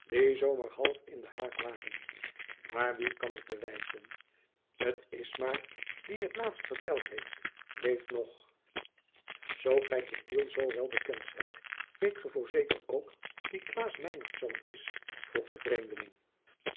zoo maôr half in den haak waren maôr wie kan t bewijzen t is maôr die t laatst verteld heit leeft nog zoo gij te tiel zoo wel bekend zijt weet ge voorzeker ook wie klaas meinertz is vroeg de vreemdeling